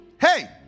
hey